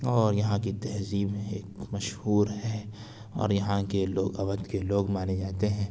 اور یہاں کی تہذیب ایک مشہور ہے اور یہاں کے لوگ اودھ کے لوگ مانے جاتے ہیں